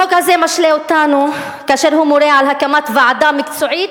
החוק הזה משלה אותנו כאשר הוא מורה על הקמת ועדה מקצועית